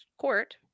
court